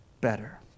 better